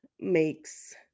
makes